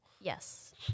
Yes